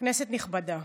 כנסת נכבדה,